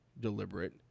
deliberate